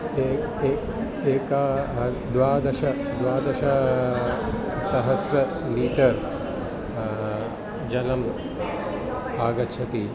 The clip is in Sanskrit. ए ए एक द्वादश द्वादश सहस्र लीटर् जलम् आगच्छति